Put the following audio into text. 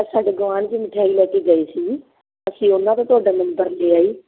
ਆ ਸਾਡੇ ਗੁਆਂਢ 'ਚ ਮਿਠਾਈ ਲੈ ਕੇ ਗਏ ਸੀ ਅਸੀਂ ਉਹਨਾਂ ਤੋਂ ਤੁਹਾਡਾ ਨੰਬਰ ਲਿਆ ਜੀ